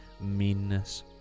meanness